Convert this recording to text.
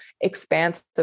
expansive